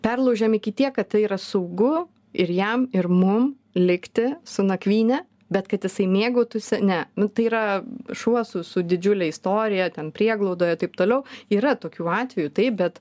perlaužėm iki tiek kad tai yra saugu ir jam ir mum likti su nakvyne bet kad jisai mėgautųsi ne nu tai yra šuo su su didžiule istorija ten prieglaudoje taip toliau yra tokių atvejų taip bet